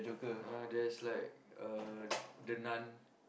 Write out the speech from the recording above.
uh there's like uh The-Nun